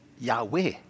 Yahweh